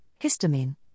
histamine